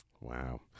Wow